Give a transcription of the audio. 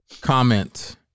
Comment